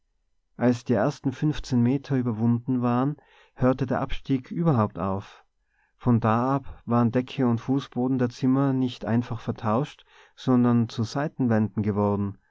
als die ersten fünfzehn meter überwunden waren hörte der abstieg überhaupt auf von da ab waren decke und fußboden der zimmer nicht einfach vertauscht sondern zu seitenwänden geworden